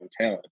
talent